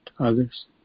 others